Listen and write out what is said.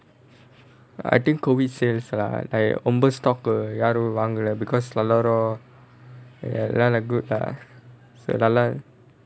I think COVID sales lah I ரொம்ப:romba stock ரொம்ப யாரும் வாங்கல:romba yaarum vaangala because எல்லாரும்:ellaarum ya lah like good lah